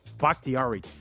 bakhtiari